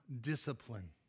discipline